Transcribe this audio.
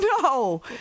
no